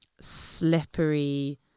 slippery